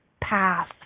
path